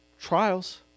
trials